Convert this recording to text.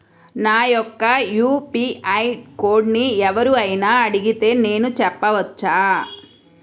నా యొక్క యూ.పీ.ఐ కోడ్ని ఎవరు అయినా అడిగితే నేను చెప్పవచ్చా?